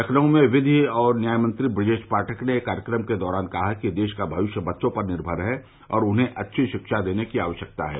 लखनऊ में विधि और न्यायमंत्री बृजेश पाठक ने एक कार्यक्रम के दौरान कहा कि देश का भविष्य बच्चों पर निर्मेर है और उन्हें अच्छी शिक्षा देने की आवश्यकता है